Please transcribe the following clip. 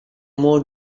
more